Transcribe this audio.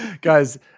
guys